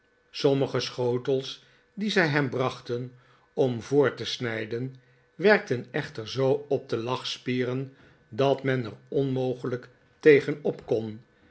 sommige schotels die zij hem brachten om voor te snijden werkten echter zoo op de lachspieren dat men er onmogelijk tegen op